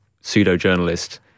pseudo-journalist